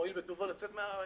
מועיל בטובו לצאת מהארץ.